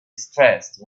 stressed